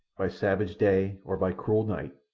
by savage day or by cruel night,